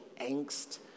angst